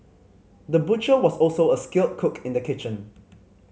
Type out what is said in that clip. the butcher was also a skilled cook in the kitchen